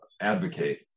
advocate